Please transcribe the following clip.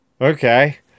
okay